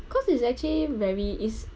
cause it's actually very is